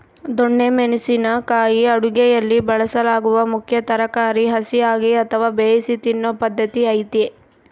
ದೊಣ್ಣೆ ಮೆಣಸಿನ ಕಾಯಿ ಅಡುಗೆಯಲ್ಲಿ ಬಳಸಲಾಗುವ ಮುಖ್ಯ ತರಕಾರಿ ಹಸಿಯಾಗಿ ಅಥವಾ ಬೇಯಿಸಿ ತಿನ್ನೂ ಪದ್ಧತಿ ಐತೆ